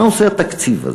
מה עושה התקציב הזה?